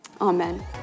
Amen